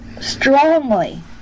strongly